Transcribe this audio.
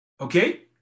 Okay